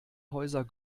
häuser